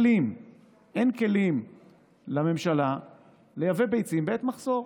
שאין לממשלה כלים לייבא ביצים בעת מחסור.